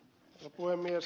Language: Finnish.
arvoisa puhemies